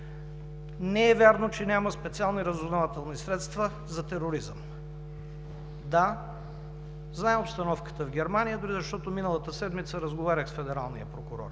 Не е вярно, че няма специални разузнавателни средства за тероризъм. Да, зная обстановката в Германия, дори защото миналата седмица разговарях с федералния прокурор,